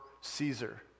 Caesar